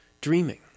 dreaming